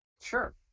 Sure